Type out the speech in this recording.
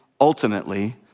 ultimately